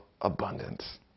abundance